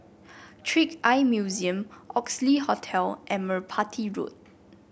Trick Eye Museum Oxley Hotel and Merpati Road